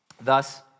Thus